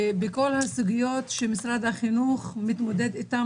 ובכל הסוגיות שמשרד החינוך מתמודד איתן